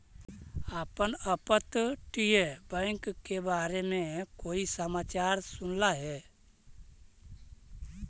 आपने अपतटीय बैंक के बारे में कोई समाचार सुनला हे